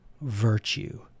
virtue